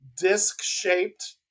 disc-shaped